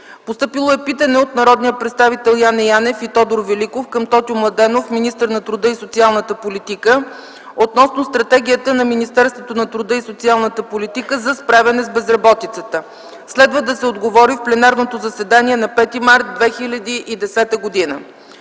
март 2010 г. Питане от народните представители Яне Георгиев Янев и Тодор Димитров Великов към Тотю Младенов, министър на труда и социалната политика относно стратегията на Министерството на труда и социалната политика за справяне с безработицата. Следва да се отговори в пленарното заседание на 5 март 2010 г.